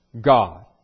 God